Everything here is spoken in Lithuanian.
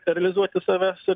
realizuoti savęs ir